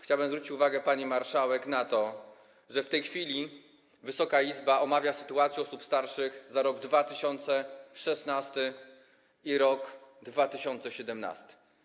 Chciałbym zwrócić uwagę pani marszałek na to, że w tej chwili Wysoka Izba omawia sytuację osób starszych w roku 2016 i roku 2017.